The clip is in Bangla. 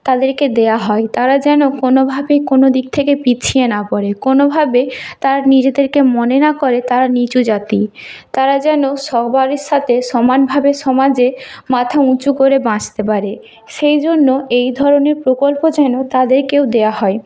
তাদেরকে দেওয়া হয় তারা যেন কোনোভাবেই কোনো দিক থেকে পিছিয়ে না পড়ে কোনোভাবে তারা নিজেদেরকে মনে না করে তারা নিচু জাতি তারা যেন সবার সাথে সমানভাবে সমাজে মাথা উঁচু করে বাঁচতে পারে সেই জন্য এই ধরনের প্রকল্প যেন তাদেরকেও দেওয়া হয়